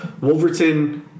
Wolverton